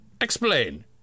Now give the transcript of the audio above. Explain